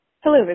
Hello